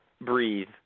breathe